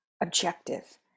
objective